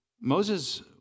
Moses